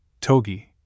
Togi